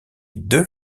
deux